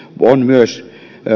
on myös